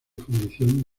fundición